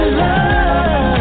love